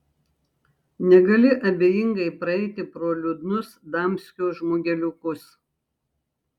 negali abejingai praeiti pro liūdnus damskio žmogeliukus